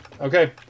Okay